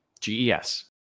ges